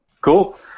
Cool